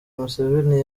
museveni